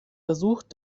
versucht